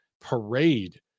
parade